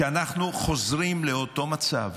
אנחנו חוזרים לאותו מצב.